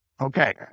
okay